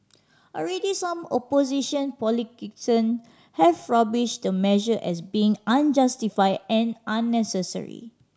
already some opposition politician have rubbished the measure as being unjustified and unnecessary